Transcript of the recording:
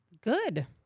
Good